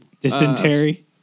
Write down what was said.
Dysentery